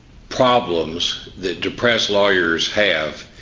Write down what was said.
problems that depressed lawyers have,